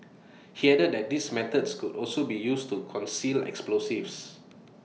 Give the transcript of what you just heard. he added that these methods could also be used to conceal explosives